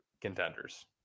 contenders